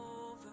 over